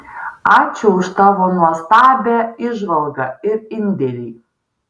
ačiū už tavo nuostabią įžvalgą ir indėlį